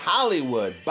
Hollywood